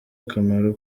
akamaro